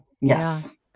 Yes